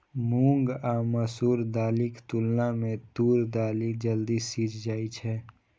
मूंग आ मसूर दालिक तुलना मे तूर दालि जल्दी सीझ जाइ छै